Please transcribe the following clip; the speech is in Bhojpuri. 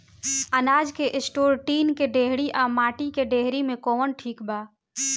अनाज के स्टोर टीन के डेहरी व माटी के डेहरी मे कवन ठीक बा?